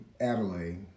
Adelaide